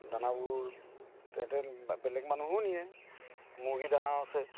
দানাবোৰ বেলেগ মানুহেও নিয়ে মুৰ্গী দানাও আছে